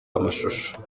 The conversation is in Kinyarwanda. amashusho